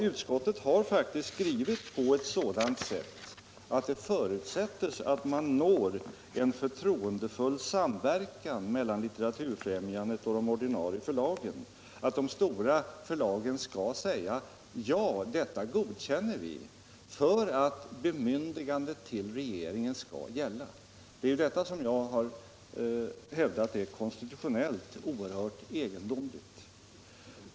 Utskottet har faktiskt skrivit på ett sådant sätt — det förutsättes att man når ”en förtroendefull samverkan” mellan Litteraturfrämjandet och de ordinarie förlagen — att de stora förlagen skall säga: ”Ja, detta godkänner vi”, för att bemyndigandet för regeringen skall gälla. Det är ju detta som jag har hävdat är konstitutionellt oerhört egendomligt. '